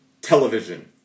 television